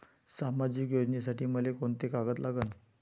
सामाजिक योजनेसाठी मले कोंते कागद लागन?